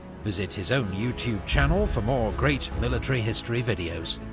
visit his own youtube channel for more great military history videos.